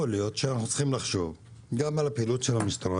יכול להיות שאנחנו צריכים לחשוב גם על הפעילות של המשטרה,